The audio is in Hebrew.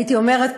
הייתי אומרת,